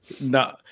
No